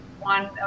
one